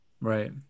Right